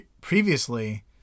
previously